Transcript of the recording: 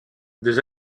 des